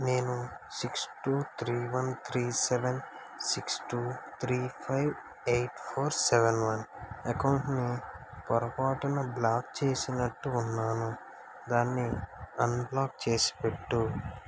నేను six two three one three seven six two three five eight four seven one అకౌంట్ను పొరపాటున block చేసినట్టు ఉన్నాను దాన్ని అన్బ్లాక్ చేసిపెట్టు